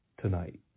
tonight